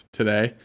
today